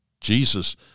Jesus